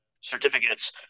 certificates